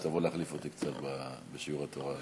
שתבוא להחליף אותי קצת בשיעורי התורה האלה.